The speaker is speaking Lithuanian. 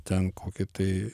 ten kokie tai